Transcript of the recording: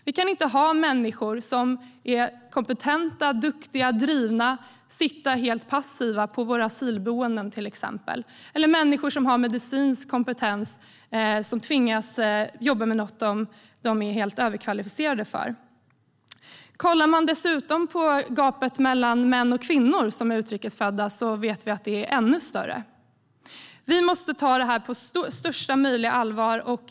Vi kan inte ha människor som är kompetenta, duktiga och drivna sittande helt passiva på våra asylboenden, till exempel. Vi kan inte ha människor som har medicinsk kompetens och som tvingas att jobba med något de är helt överkvalificerade för. Om man dessutom kollar på gapet mellan utrikes födda män och kvinnor ser man att det är ännu större. Vi måste ta detta på största möjliga allvar.